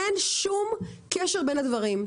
אין שום קשר בין הדברים,